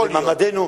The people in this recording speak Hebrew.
יכול להיות.